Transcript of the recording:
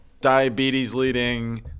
diabetes-leading